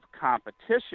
competition